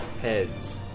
heads